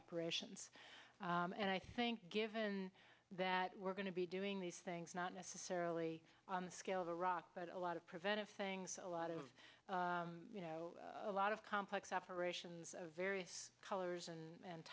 operations and i think given that we're going to be doing these things not necessarily on the scale of iraq but a lot of preventive things a lot of you know a lot of complex operations of various colors and